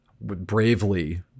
Bravely